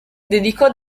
dedicò